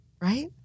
Right